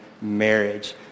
marriage